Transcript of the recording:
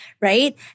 right